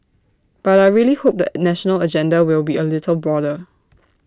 but I really hope the national agenda will be A little broader